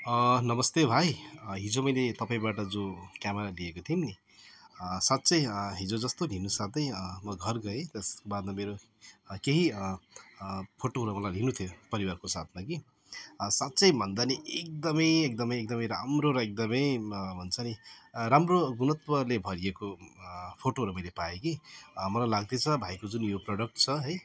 नमस्ते भाइ हिजो मैले तपाईँबाट जो क्यामेरा लिएको थियौँ नि साँच्चै हिजो जस्तो लिनु साथै म घर गएँ त्यस बादमा मेरो केही फोटोहरू मलाई लिनु थियो परिवारको साथमा कि साँच्चै भन्दा नि एकदमै एकदमै एकदमै राम्रो र एकदमै हुन्छ नि राम्रो गुणत्त्वले भरिएको फोटोहरू मैले पाएँ कि मलाई लाग्दैछ भाइको जुन यो प्रडक्ट छ है